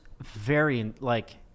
very—like